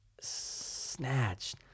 snatched